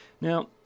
Now